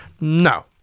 No